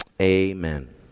Amen